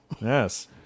Yes